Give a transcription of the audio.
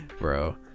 Bro